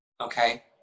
okay